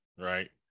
Right